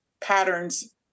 patterns